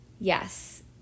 yes